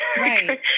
right